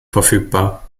verfügbar